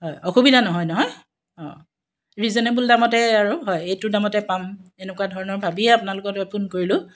হয় অসুবিধা নহয় নহয় অঁ ৰিজনেবল দামতে আৰু হয় এইটো দামতে পাম এনেকুৱা ধৰণৰ ভাবিয়ে আপোনালোকলৈ ফোন কৰিলোঁ